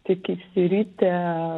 tik išsiritę